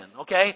Okay